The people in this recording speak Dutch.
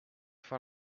van